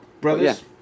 Brothers